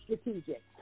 strategic